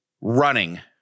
running